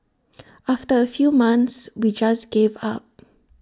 after A few months we just gave up